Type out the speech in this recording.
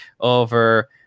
over